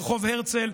ברחוב הרצל,